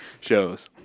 shows